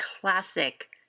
classic